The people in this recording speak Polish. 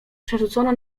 przerzucono